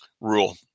rule